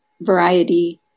variety